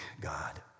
God